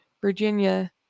Virginia